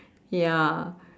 ya